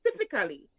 specifically